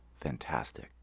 fantastic